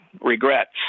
regrets